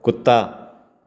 ਕੁੱਤਾ